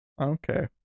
Okay